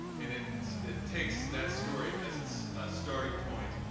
and it it takes that story as it's starting point,